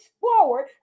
forward